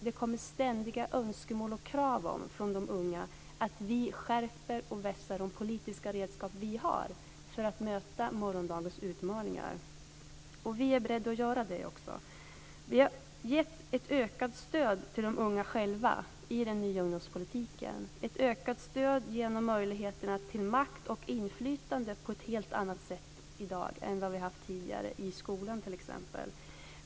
Det kommer ständiga önskemål och krav från de unga om att vi ska skärpa och vässa de politiska redskap som vi har för att möta morgondagens utmaningar. Vi är också beredda att göra det. Vi har gett ett ökat stöd till de unga själva i den nya ungdomspolitiken. Det är ett ökat stöd genom att de får möjlighet till makt och inflytande i skolan t.ex. på ett helt annat sätt i dag än vad de har haft tidigare.